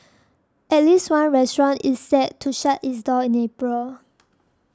at least one restaurant is set to shut its doors in April